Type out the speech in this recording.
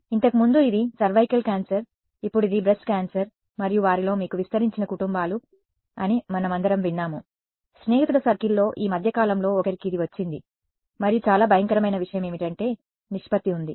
ఇంతకుముందు ఇది cervical cancer ఇప్పుడు ఇది బ్రెస్ట్ క్యాన్సర్ మరియు వారిలో మీకు విస్తరించిన కుటుంబాలు అని మనందరం విన్నాము స్నేహితుల సర్కిల్లో ఈ మధ్య కాలంలో ఒకరికి ఇది వచ్చింది మరియు చాలా భయంకరమైన విషయం ఏమిటంటే నిష్పత్తి ఉంది